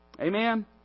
Amen